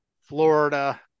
Florida